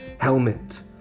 helmet